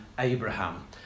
Abraham